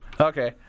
Okay